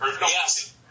Yes